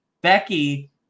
Becky